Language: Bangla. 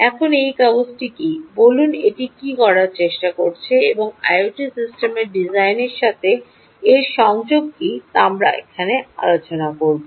এখন এই কাগজটি কি বলুন এটি কী করার চেষ্টা করছে এবং আইওটি সিস্টেমের ডিজাইনের সাথে এর সংযোগ কী তা আমরা এখন আলোচনা করব